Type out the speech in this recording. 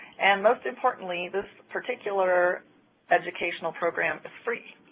and most importantly, this particular educational program is free.